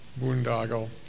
boondoggle